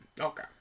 Okay